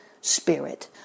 spirit